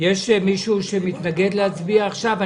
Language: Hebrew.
מישהו מתנגד להצביע עכשיו?